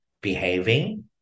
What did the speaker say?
behaving